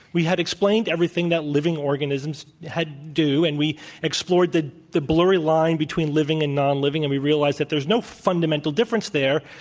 we hadexplained everything that living organisms do, and we explored the the blurry line between living and nonliving, and we realized that there is no fundamental difference there.